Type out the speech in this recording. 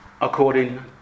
according